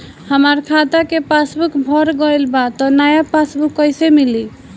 हमार खाता के पासबूक भर गएल बा त नया पासबूक कइसे मिली?